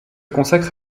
consacre